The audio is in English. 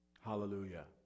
hallelujah